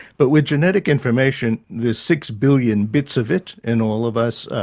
but with genetic information, there's six billion bits of it in all of us.